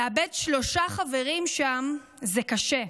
לאבד שלושה חברים שם זה קשה.